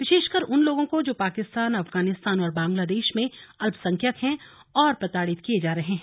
विशेषकर उन लोगों को जो पाकिस्तान अफगानिस्तान और बांग्लादेश में अल्पसंख्यक हैं और प्रताड़ित किये जा रहे हैं